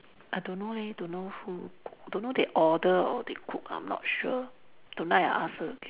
I don't know leh don't know cook who don't know they order or they cook I'm not sure tonight I ask her again lah